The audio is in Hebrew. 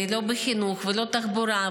לא בחינוך ולא בתחבורה,